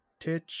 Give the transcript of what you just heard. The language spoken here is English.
Titch